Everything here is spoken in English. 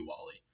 Wally